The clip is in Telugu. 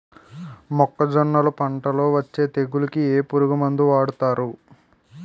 మొక్కజొన్నలు పంట లొ వచ్చే తెగులకి ఏ పురుగు మందు వాడతారు?